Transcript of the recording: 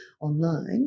online